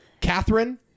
Catherine